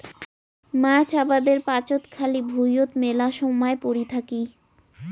মাছ আবাদের পাচত খালি ভুঁইয়ত মেলা সমায় পরি থাকি